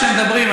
כשהם מדברים,